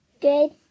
Good